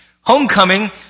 Homecoming